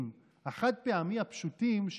החד-פעמי הפשוטים,